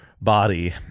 body